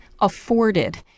afforded